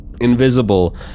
invisible